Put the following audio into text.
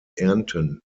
ernten